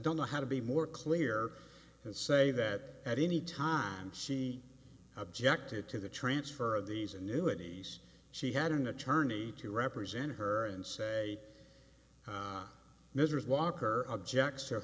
don't know how to be more clear and say that at any time she objected to the transfer of these annuities she had an attorney to represent her and say measures walker object